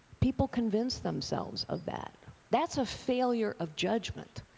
people convinced themselves of that. that's a failure of judgment.